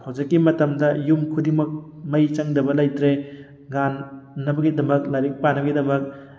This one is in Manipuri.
ꯍꯧꯖꯤꯛꯀꯤ ꯃꯇꯝꯗ ꯌꯨꯝ ꯈꯨꯗꯤꯡꯃꯛ ꯃꯩ ꯆꯪꯗꯕ ꯂꯩꯇ꯭ꯔꯦ ꯉꯥꯟꯅꯕꯒꯤꯗꯃꯛ ꯂꯥꯏꯔꯤꯛ ꯄꯥꯅꯕꯒꯤꯗꯃꯛ